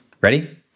Ready